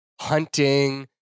hunting